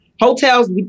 Hotels